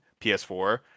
PS4